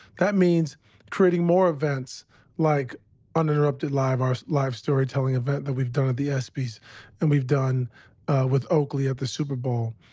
that means creating events like uninterrupted live, our live storytelling event, that we've done at the espys and we've done with oakley at the super bowl.